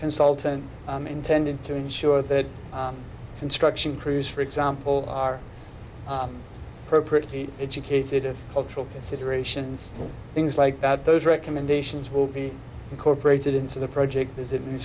consultant intended to ensure that construction crews for example are appropriate educated cultural considerations things like that those recommendations will be incorporated into the project as it